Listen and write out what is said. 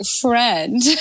friend